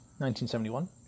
1971